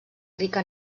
rica